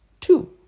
Two